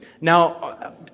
Now